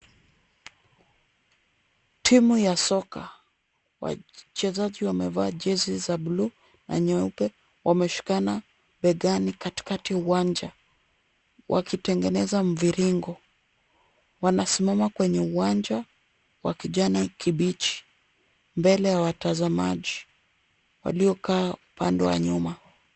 Timu ya soka, wachezaji wamevaa jezi za bluu na nyeupe wameshikana begani katikati ya uwanja wakitengeneza mviringo. Wanasimama kwenye uwanja wa kijani kibichi mbele ya watazamaji waliokaa upande wa nyuma.